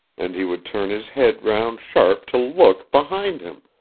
and he would turn his head round sharp to look behind him.